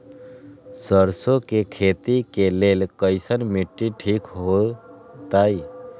सरसों के खेती के लेल कईसन मिट्टी ठीक हो ताई?